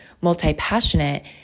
multi-passionate